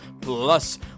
plus